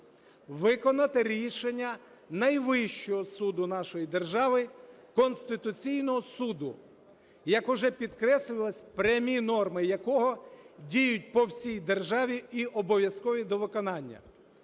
виконати рішення найвищого суду нашої держави – Конституційного Суду, як вже підкреслювалось, прямі норми якого діють по всій державі і обов'язкові до виконання.